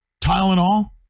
Tylenol